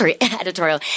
editorial